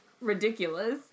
ridiculous